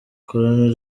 colonel